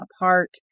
apart